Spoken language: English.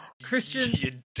Christian